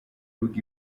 rugo